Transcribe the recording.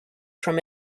from